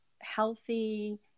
healthy